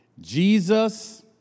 Jesus